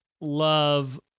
love